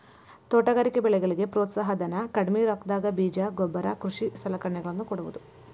ತೋಟಗಾರಿಕೆ ಬೆಳೆಗಳಿಗೆ ಪ್ರೋತ್ಸಾಹ ಧನ, ಕಡ್ಮಿ ರೊಕ್ಕದಾಗ ಬೇಜ ಗೊಬ್ಬರ ಕೃಷಿ ಸಲಕರಣೆಗಳ ನ್ನು ಕೊಡುವುದು